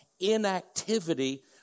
inactivity